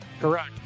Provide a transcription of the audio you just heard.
correct